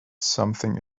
something